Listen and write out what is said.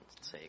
say